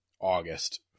August